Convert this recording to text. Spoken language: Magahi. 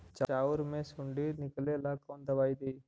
चाउर में से सुंडी निकले ला कौन दवाई दी?